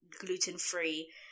gluten-free